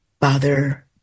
bother